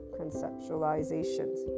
conceptualizations